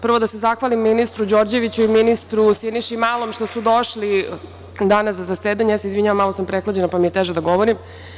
Prvo da se zahvalim ministru Đorđeviću i ministru Siniši Malom što su došli danas na zasedanje, ja se izvinjavam, malo sam prehlađena pa mi je teže da govorim.